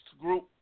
Group